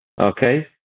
okay